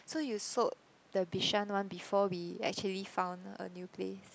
so you sold the Bishan one before we actually found a new place